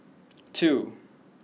two